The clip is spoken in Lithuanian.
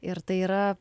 ir tai yra